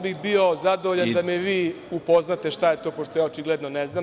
Bio bih zadovoljan da me vi upoznate šta je to, pošto očigledno ne znam.